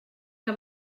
que